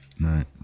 right